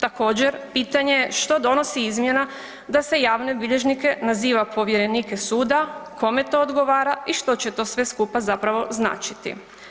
Također pitanje je što donosi izmjena da se javne bilježnike naziva povjerenike suda, kome to odgovara i što će to sve skupa zapravo značiti?